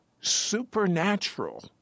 supernatural